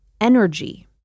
energy